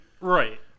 Right